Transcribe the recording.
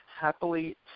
happily